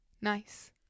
Nice